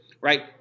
right